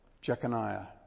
Jeconiah